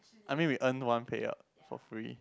I mean we earn one payout for free